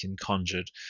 conjured